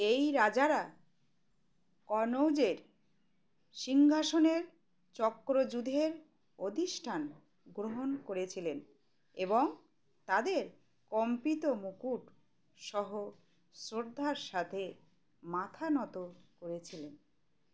এই রাজারা কনৌজের সিংহাসনের চক্রজুধের অধিষ্ঠান গ্রহণ করেছিলেন এবং তাদের কম্পিত মুকুট সহ শ্রদ্ধার সাথে মাথানত করেছিলেন